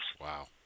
Wow